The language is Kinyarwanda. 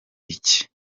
iki